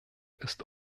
ist